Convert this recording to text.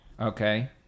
Okay